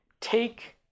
take